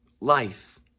life